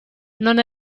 non